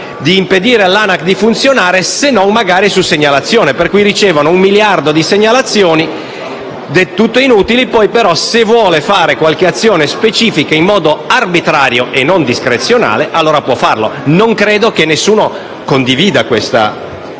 di impedire all'ANAC di funzionare, se non su segnalazione, per cui l'ANAC riceverà un miliardo di segnalazioni del tutto inutili, e poi, se vorrà fare qualche azione specifica in modo arbitrario e discrezionale, potrà farlo. Credo che nessuno condivida questo